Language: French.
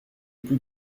plus